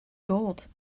gold